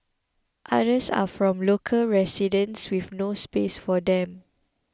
others are from local residents with no space for them